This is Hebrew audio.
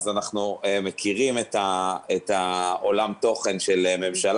באמת אנחנו מנסים ליצור מעטפת שתמנע הנגשה של קנאביס,